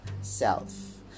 self